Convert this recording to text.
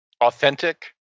authentic